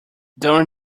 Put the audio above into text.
during